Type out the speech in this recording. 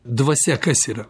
dvasia kas yra